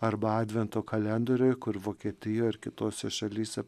arba advento kalendoriui kur vokietijoj ir kitose šalyse